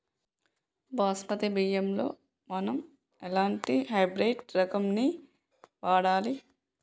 బాస్మతి బియ్యంలో మనం ఎలాంటి హైబ్రిడ్ రకం ని వాడాలి?